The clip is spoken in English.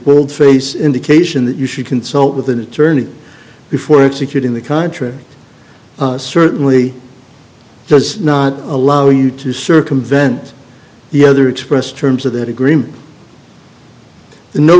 will face indication that you should consult with an attorney before executing the contract certainly does not allow you to circumvent the other expressed terms of that agreement no